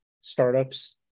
startups